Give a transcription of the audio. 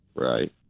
Right